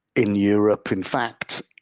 in europe, in fact,